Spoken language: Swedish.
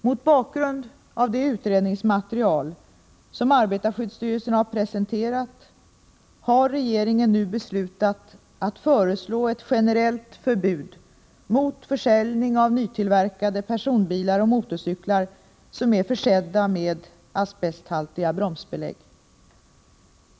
Mot bakgrund av det utredningsmaterial som arbetarskyddsstyrelsen har presenterat har regeringen nu beslutat att föreslå ett generellt förbud mot försäljning av nytillverkade personbilar och motorcyklar som är försedda med asbesthaltiga bromsbelägg.